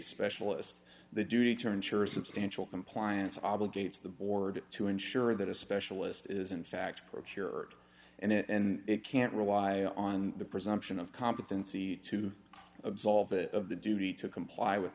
specialist the duty turned sure is substantial compliance obligates the board to ensure that a specialist is in fact procured and it can't rely on the presumption of competency to absolve it of the duty to comply with